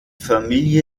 familie